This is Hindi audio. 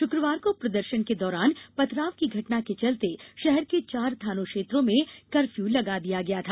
शुक्वार को प्रदर्शन के दौरान पथराव की घटना के चलते शहर के चार थानों क्षेत्रों में कर्फ्यू लगा दिया गया था